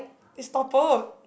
it's toppled